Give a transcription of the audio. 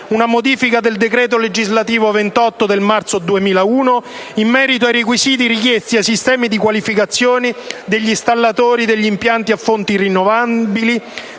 una modifica del decreto legislativo n. 28 del marzo 2001 in merito ai requisiti richiesti ai sistemi di qualificazione degli installatori degli impianti a fonti rinnovabili,